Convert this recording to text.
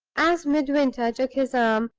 as midwinter took his arm,